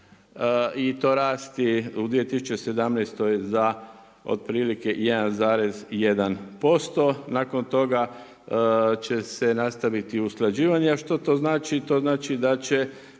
I to rasti u 2017. za otprilike 1,1%. Nakon toga će se nastaviti usklađivanje. A što to znači? To znači da će